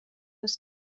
nus